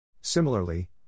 Similarly